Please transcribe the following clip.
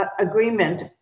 agreement